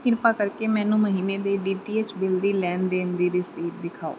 ਕਿਰਪਾ ਕਰਕੇ ਮੈਨੂੰ ਮਹੀਨੇ ਦੇ ਡੀ ਟੀ ਐਚ ਬਿੱਲ ਦੀ ਲੈਣ ਦੇਣ ਦੀ ਰਸੀਦ ਦਿਖਾਓ